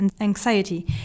anxiety